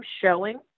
showing